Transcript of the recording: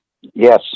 Yes